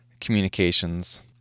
communications